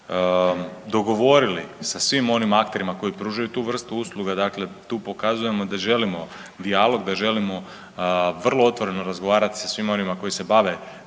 dogovorili sa svim onim akterima koji pružaju tu vrstu usluga, dakle tu pokazujemo da želimo dijalog, da želimo vrlo otvoreno razgovarat sa svima onima koji se bave